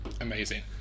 Amazing